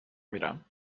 میرم